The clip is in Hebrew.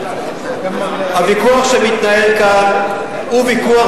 הוויכוח שמתנהל כאן הוא ויכוח,